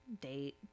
date